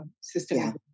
system